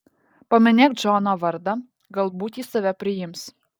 paminėk džono vardą galbūt jis tave priims